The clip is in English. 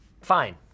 fine